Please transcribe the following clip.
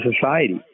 society